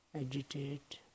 agitate